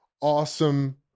awesome